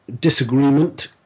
disagreement